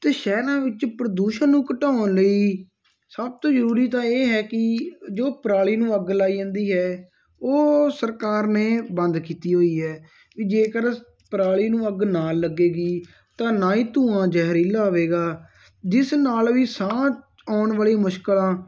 ਅਤੇ ਸ਼ਹਿਰਾਂ ਵਿੱਚ ਪ੍ਰਦੂਸ਼ਣ ਨੂੰ ਘਟਾਉਣ ਲਈ ਸਭ ਤੋਂ ਜ਼ਰੂਰੀ ਤਾਂ ਇਹ ਹੈ ਕਿ ਜੋ ਪਰਾਲੀ ਨੂੰ ਅੱਗ ਲਾਈ ਜਾਂਦੀ ਹੈ ਉਹ ਸਰਕਾਰ ਨੇ ਬੰਦ ਕੀਤੀ ਹੋਈ ਹੈ ਵੀ ਜੇਕਰ ਪਰਾਲੀ ਨੂੰ ਅੱਗ ਨਾ ਲੱਗੇਗੀ ਤਾਂ ਨਾ ਹੀ ਧੂਆਂ ਜਹਿਰੀਲਾ ਹੋਵੇਗਾ ਜਿਸ ਨਾਲ ਵੀ ਸਾਂਝ ਆਉਣ ਵਾਲੇ ਮੁਸ਼ਕਿਲਾਂ